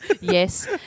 Yes